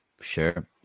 Sure